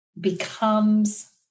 becomes